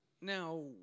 now